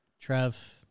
Trev